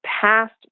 past